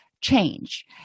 change